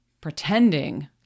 pretending